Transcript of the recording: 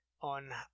on